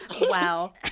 Wow